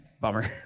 bummer